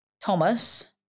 Thomas